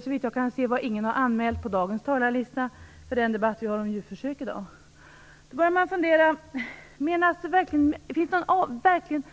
Såvitt jag kan se är ingen av dem anmäld på dagens talarlista för den här debatten om djurförsök. Finns verkligen